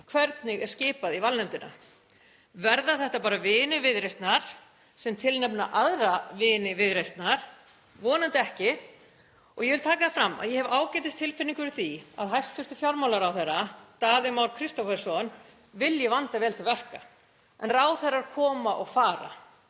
Hvernig er skipað í valnefndina? Verða þetta bara vinir Viðreisnar sem tilnefna aðra vini Viðreisnar? Vonandi ekki. Ég vil taka það fram að ég hef ágætistilfinningu fyrir því að hæstv. fjármálaráðherra, Daði Már Kristófersson, vilji vanda vel til verka, en ráðherrar koma og fara.